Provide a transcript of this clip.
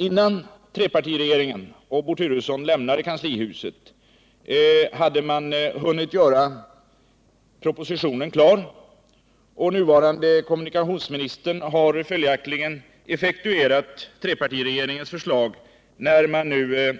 Innan trepartiregeringen och Bo Turesson lämnade kanslihuset hade man hunnit göra propositionen klar, och nuvarande kommunikationsministern har följaktligen effektuerat trepartiregeringens förslag när man